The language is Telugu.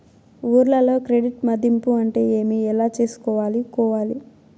ఊర్లలో క్రెడిట్ మధింపు అంటే ఏమి? ఎలా చేసుకోవాలి కోవాలి?